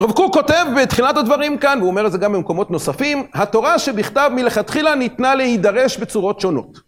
רב קוק כותב בתחילת הדברים כאן, ואומר על זה גם במקומות נוספים, התורה שבכתב מלכתחילה ניתנה להידרש בצורות שונות.